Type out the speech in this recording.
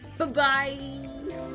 Bye-bye